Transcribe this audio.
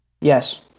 Yes